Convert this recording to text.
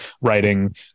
writing